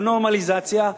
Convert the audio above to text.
ונורמליזציה.